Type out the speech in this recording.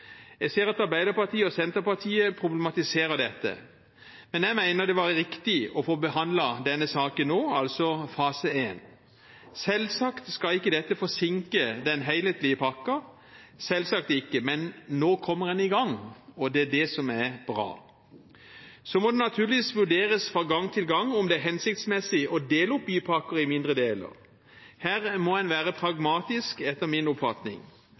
Jeg ser at Arbeiderpartiet og Senterpartiet problematiserer dette, men jeg mener det var riktig å få behandlet denne saken nå, altså fase 1. Selvsagt skal ikke dette forsinke den helhetlige pakken, selvsagt ikke, men nå kommer en i gang, og det er det som er bra. Så må det naturligvis vurderes fra gang til gang om det er hensiktsmessig å dele opp bypakker i mindre deler. Her må en være pragmatisk etter min oppfatning,